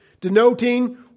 Denoting